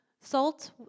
salt